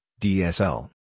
DSL